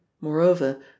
Moreover